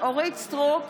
אורית מלכה סטרוק,